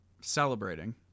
celebrating